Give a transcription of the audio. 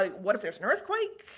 like what if there's an earthquake?